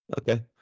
Okay